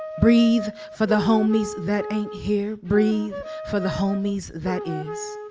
breathe for the homies that ain't here, breathe for the homies that is.